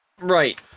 Right